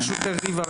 ברשותך ריבה,